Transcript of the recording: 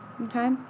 okay